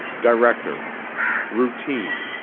director routine